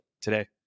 today